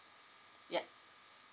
yup